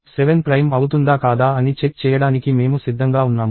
7 prime అవుతుందా కాదా అని చెక్ చేయడానికి మేము సిద్ధంగా ఉన్నాము